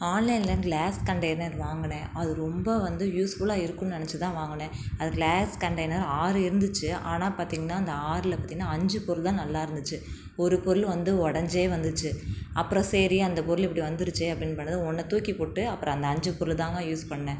ஆன்லைனில் glass container வாங்கினேன் அது ரொம்ப வந்து யூஸ்ஃபுல்லாக இருக்கும்னு நினச்சி தான் வாங்கினேன் அந்த க்ளாஸ் கன்டெய்னர் ஆறு இருந்துச்சு ஆனால் பார்த்திங்கனா அந்த ஆறில் பார்த்திங்கனா அஞ்சு பொருள்தான் நல்லாயிருந்துச்சு ஒரு பொருள் வந்து உடஞ்சே வந்துச்சு அப்புறம் சரி அந்த பொருள் இப்படி வந்துருச்சே அப்படினு பண்ணது ஒன்றை தூக்கிப்போட்டு அப்புறம் அந்த அஞ்சு பொருள் தாங்க யூஸ் பண்ணேன்